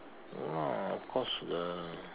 no lah of course the